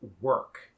work